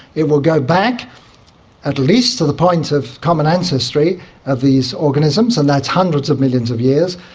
it will go back at least to the point of common ancestry of these organisms, and that's hundreds of millions of years.